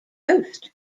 toast